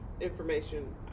information